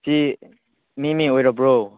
ꯁꯤ ꯃꯤꯅꯤ ꯑꯣꯏꯔꯕ꯭ꯔꯣ